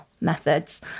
methods